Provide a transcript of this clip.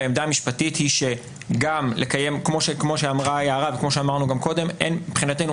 והעמדה המשפטית היא שגם כמו שאמרה יערה וכמו שאמרנו גם קודם מבחינתנו